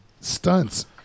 stunts